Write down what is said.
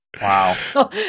Wow